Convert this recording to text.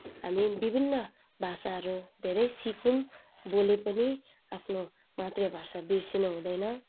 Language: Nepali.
हामी विभिन्न भाषाहरू धेरै सिकौँ बोले पनि आफ्नो मातृभाषा बिर्सिनु हुँदैन